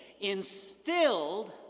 instilled